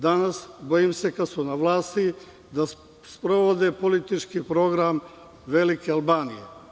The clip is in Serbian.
Danas, bojim se kada su na vlasti da sprovode politički program velike Albanije.